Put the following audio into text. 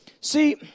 See